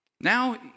Now